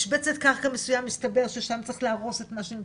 משבצת קרקע מסוים מסתבר ששם צריך להרוס את מה שנמצא,